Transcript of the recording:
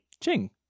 Ching